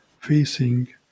facing